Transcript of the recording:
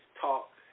talk